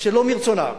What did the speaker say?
שלא מרצונם,